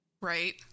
Right